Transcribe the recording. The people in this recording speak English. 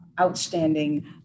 Outstanding